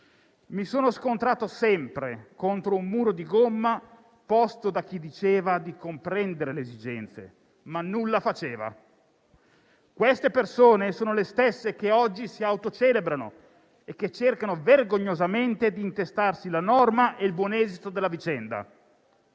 Mi sono scontrato sempre contro un muro di gomma posto da chi diceva di comprendere le esigenze, ma nulla faceva. Queste persone sono le stesse che oggi si autocelebrano e cercano vergognosamente di intestarsi la norma e il buon esito della vicenda.